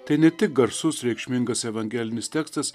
tai ne tik garsus reikšmingas evangelinis tekstas